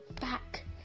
back